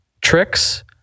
tricks